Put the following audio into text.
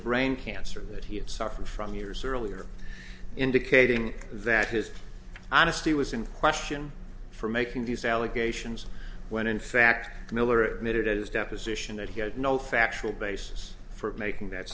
brain cancer that he had suffered from years earlier indicating that his honesty was in question for making these allegations when in fact miller made it as deposition that he had no factual basis for making that